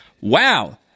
Wow